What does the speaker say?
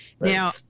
now